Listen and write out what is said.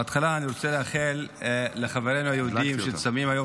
בהתחלה אני רוצה לאחל לחברינו היהודים שצמים היום,